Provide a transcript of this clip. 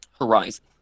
Horizon